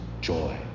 joy